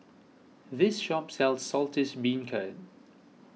this shop sells Saltish Beancurd